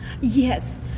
Yes